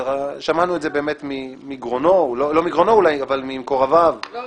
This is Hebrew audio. שיש בג"ץ מוכן.